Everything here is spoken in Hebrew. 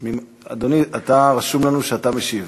אדוני, רשום לנו שאתה משיב.